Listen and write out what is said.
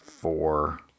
four